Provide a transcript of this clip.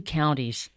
counties